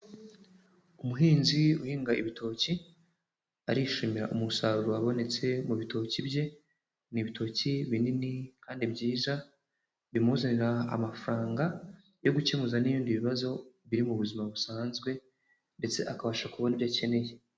Umuhinzi uhinga ibitoki arishimira umusaruro wabonetse mu bitoki bye, ni ibitoki binini kandi byiza bimuzanira amafaranga yo gukemuza n'ibindi bibazo biri mu buzima busanzwe, ndetse akabasha kubona ibyo akeneye.